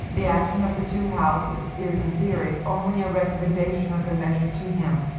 the action of the two houses is, in theory, only a recommendation of the measure to him.